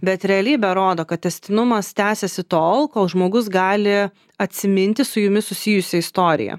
bet realybė rodo kad tęstinumas tęsiasi tol kol žmogus gali atsiminti su jumis susijusią istoriją